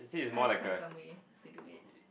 I will find some way to do it